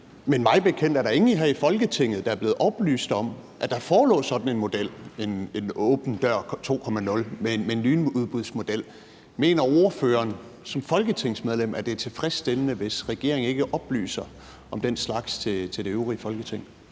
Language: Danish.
men mig bekendt er der ingen her i Folketinget, der er blevet oplyst om, at der forelå sådan en model, altså en åben dør-ordning 2.0 med en lynudbudsmodel. Mener ordføreren som folketingsmedlem, at det er tilfredsstillende, hvis regeringen ikke oplyser om den slags til det øvrige Folketing?